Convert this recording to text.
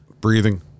breathing